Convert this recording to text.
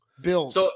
Bills